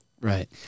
Right